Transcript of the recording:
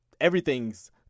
everything's